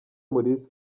maurice